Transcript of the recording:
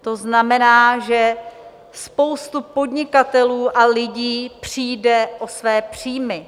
To znamená, že spousta podnikatelů a lidí přijde o své příjmy.